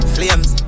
Flames